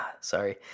sorry